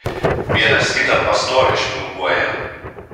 vienas kitą pastoviai špilkuoja